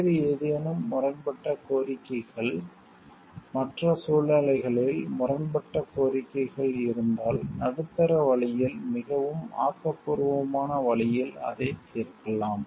வேறு ஏதேனும் முரண்பட்ட கோரிக்கைகள் மற்ற சூழ்நிலைகளில் முரண்பட்ட கோரிக்கைகள் இருந்தால் நடுத்தர வழியில் மிகவும் ஆக்கப்பூர்வமான வழியில் அதைத் தீர்க்கலாம்